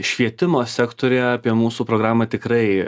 švietimo sektoriuje apie mūsų programą tikrai